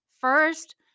First